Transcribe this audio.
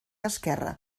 esquerre